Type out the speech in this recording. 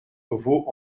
vaux